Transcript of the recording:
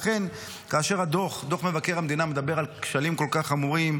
ולכן כאשר דוח מבקר המדינה מדבר על כשלים כל כך חמורים,